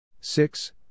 six